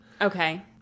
Okay